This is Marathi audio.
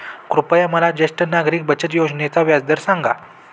कृपया मला ज्येष्ठ नागरिक बचत योजनेचा व्याजदर सांगा